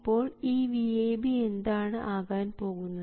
ഇപ്പോൾ ഈ VAB എന്താണ് ആകാൻ പോകുന്നത്